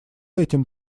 этим